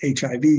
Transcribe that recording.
HIV